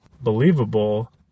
believable